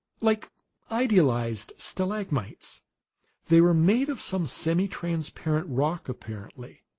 like idealized stalagmites they were made of some semitransparent rock, apparently,